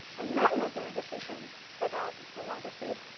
and then making a decision about mammography.